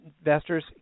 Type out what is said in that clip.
investors